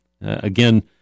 again